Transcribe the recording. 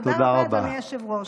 תודה רבה, אדוני היושב-ראש.